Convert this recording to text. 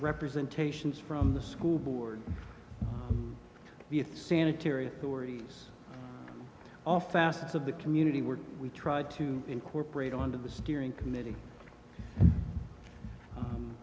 representations from the school board with sanitary authorities all facets of the community were we tried to incorporate onto the steering committee